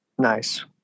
nice